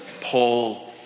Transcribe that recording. Paul